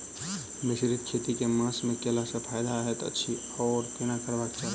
मिश्रित खेती केँ मास मे कैला सँ फायदा हएत अछि आओर केना करबाक चाहि?